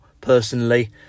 personally